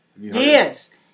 Yes